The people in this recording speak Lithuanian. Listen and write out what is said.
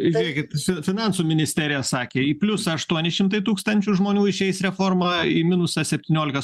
žiūrėkit fi finansų ministerija sakė į pliusą aštuoni šimtai tūkstančių žmonių išeis reforma į minusą septyniolika